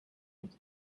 its